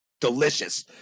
Delicious